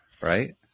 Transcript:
Right